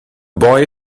boy